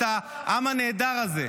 את העם הנהדר הזה.